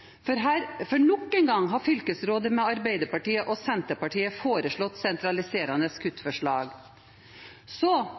for nok en gang har fylkesrådet med Arbeiderpartiet og Senterpartiet foreslått sentraliserende